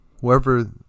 whoever